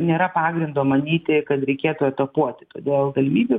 nėra pagrindo manyti kad reikėtų etapuoti todėl galimybių